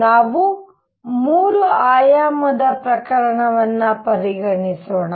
ನಾವು 3 ಆಯಾಮದ ಪ್ರಕರಣವನ್ನು ಪರಿಗಣಿಸೋಣ